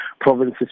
provinces